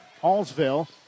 Hallsville